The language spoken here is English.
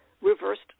reversed